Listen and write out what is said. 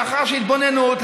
לאחר התבוננות,